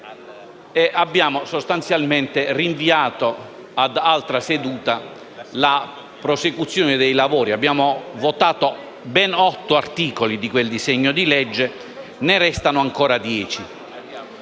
e abbiamo sostanzialmente rinviato ad altra seduta la prosecuzione dei lavori (abbiamo votato ben otto articoli di quel disegno di legge e ne restano ancora dieci).